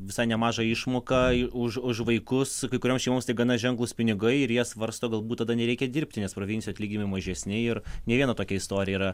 visai nemažą išmoką už už vaikus kai kurioms šeimoms tai gana ženklūs pinigai ir jie svarsto galbūt tada nereikia dirbti nes provincijoj atlyginimai mažesni ir ne viena tokia istorija yra